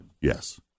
Yes